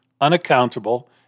unaccountable